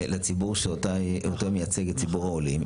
לציבור שאותו היא מייצגת, ציבור העולים.